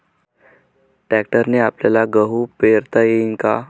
ट्रॅक्टरने आपल्याले गहू पेरता येईन का?